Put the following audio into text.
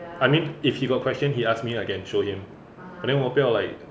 I mean if he got question he ask me I can show him but then 我不要 like